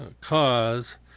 cause